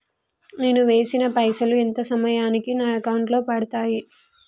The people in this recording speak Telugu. నేను వేసిన పైసలు ఎంత సమయానికి నా అకౌంట్ లో పడతాయి?